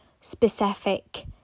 specific